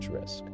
risk